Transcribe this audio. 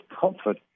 comfort